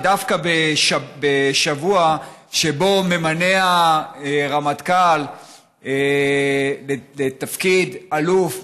ודווקא בשבוע שבו ממנה הרמטכ"ל לתפקיד אלוף,